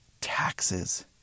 taxes